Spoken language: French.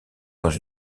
dans